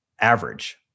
average